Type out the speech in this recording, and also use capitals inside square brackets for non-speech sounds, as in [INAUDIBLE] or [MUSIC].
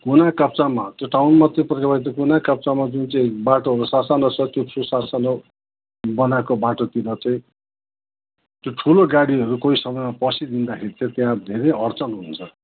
कुना काप्चामा त्यो टाउन [UNINTELLIGIBLE] कुना काप्चामा जुन चाहिँ बाटोहरू सा सानो छ त्यो सा सानो बनाएको बाटोतिर चाहिँ त्यो ठुलो गाडीहरू कोही समयमा पसिदिँदाखेरि चाहिँ त्याँ धेरै अड्चन हुन्छ